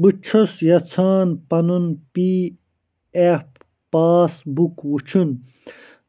بہٕ چھُس یَژھان پَنُن پی ایف پاس بُک ؤچھُن